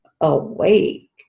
awake